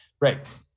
right